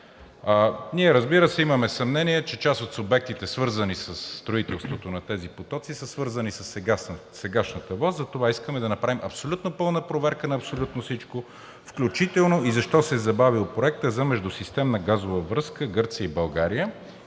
Ние, разбира се, имаме съмнения, че част от субектите, свързани със строителството на тези потоци, са свързани със сегашната власт. Затова искаме да направим абсолютна пълна проверка на абсолютно всичко, включително и защо се е забавил Проектът за междусистемната газова връзка Гърция и България.